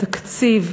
התקציב,